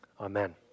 Amen